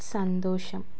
സന്തോഷം